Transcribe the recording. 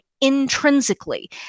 intrinsically